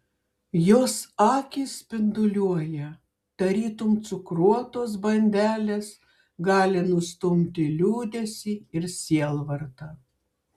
jos akys spinduliuoja tarytum cukruotos bandelės gali nustumti liūdesį ir sielvartą